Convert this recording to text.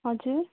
हजुर